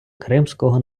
кримського